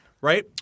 right